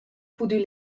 pudü